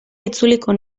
itzuliko